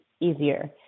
easier